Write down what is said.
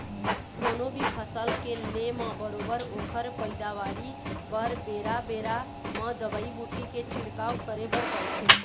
कोनो भी फसल के ले म बरोबर ओखर पइदावारी बर बेरा बेरा म दवई बूटी के छिड़काव करे बर परथे